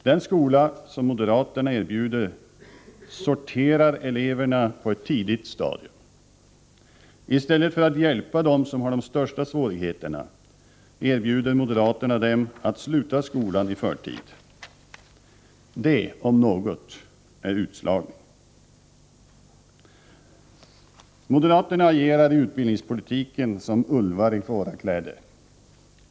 Den skola som moderaterna erbjuder sorterar eleverna på ett tidigt stadium. I stället för att hjälpa dem som har de största svårigheterna erbjuder moderaterna dem att sluta skolan i förtid. Det om något är utslagning. Moderaterna agerar i utbildningspolitiken som ulvar i fårakläder.